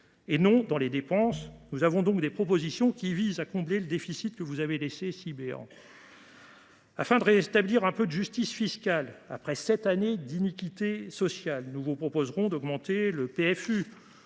et non dans les dépenses. Nos propositions visent donc à combler le déficit que vous avez laissé béant. Afin de rétablir un peu de justice fiscale, après sept années d’iniquité sociale, nous proposerons d’augmenter le